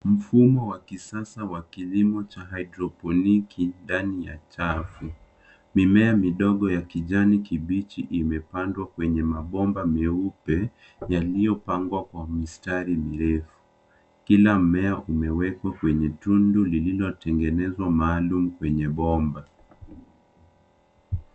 Mfumo wa kisasa wa kilimo cha haidroponiki ndani ya chafu. Mimea kidogo ya kijani kibichi imepandwa kwenye mabomba meupe yaliyopangwa kwa mistari mirefu. Kila mmea umewekwa kwenye tundu lililotengenezwa maalum kwenye bomba.